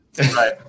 Right